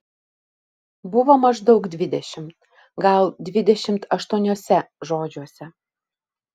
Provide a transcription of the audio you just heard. buvo maždaug dvidešimt gal dvidešimt aštuoniuose žodžiuose